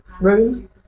room